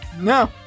No